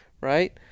Right